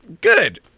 good